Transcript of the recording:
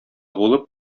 булып